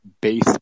base